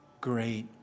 great